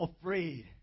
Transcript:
afraid